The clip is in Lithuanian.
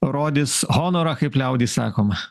rodys honorą kaip liaudy sakoma